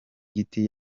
giti